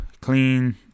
clean